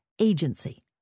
agency